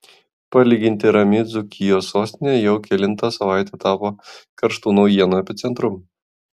palyginti rami dzūkijos sostinė jau kelintą savaitę tapo karštų naujienų epicentru